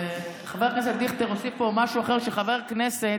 חבר הכנסת דיכטר הוסיף פה משהו אחר, שחבר כנסת